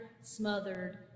Smothered